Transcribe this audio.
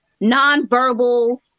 nonverbal